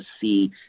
see